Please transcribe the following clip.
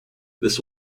this